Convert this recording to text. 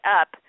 up